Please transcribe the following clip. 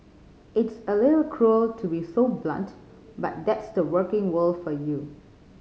it's a little cruel to be so blunt but that's the working world for you